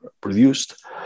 produced